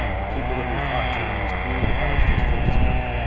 um the people that we've talked to in these community college districts have,